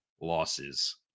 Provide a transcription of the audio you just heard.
losses